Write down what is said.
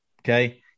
Okay